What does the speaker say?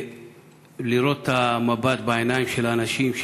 לראות את המבט בעיניים של האנשים,